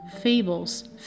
fables